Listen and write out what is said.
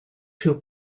two